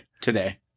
Today